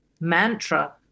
mantra